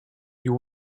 you